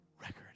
record